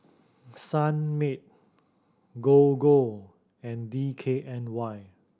Sunmaid Gogo and D K N Y